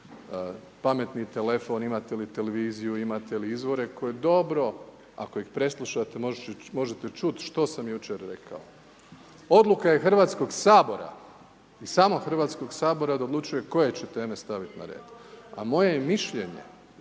pametni telefon, imate li televiziju, imate li izvore koje dobro, ako ih preslušate možete čuti što sam jučer rekao. Odluka je Hrvatskog sabora i samo Hrvatskog sabor da odlučuje koje će teme staviti na red. A moje je mišljenje